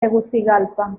tegucigalpa